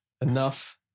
enough